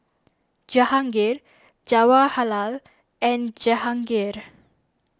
Jahangir Jawaharlal and Jehangirr